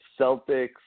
Celtics